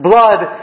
Blood